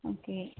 okay